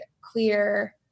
clear